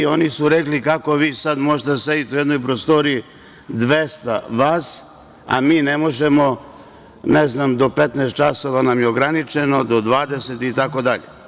Oni su rekli – kako vi sad možete da sedite u jednoj prostoriji, 200 vas, a mi ne možemo, do 15.00 časova nam je ograničeno, do 20.00 časova, itd.